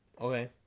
Okay